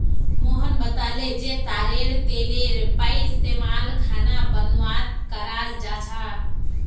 मोहन बताले जे तारेर तेलेर पइस्तमाल खाना बनव्वात कराल जा छेक